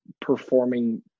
performing